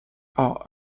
are